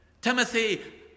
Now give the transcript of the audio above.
Timothy